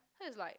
so is like